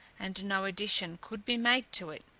and no addition could be made to it.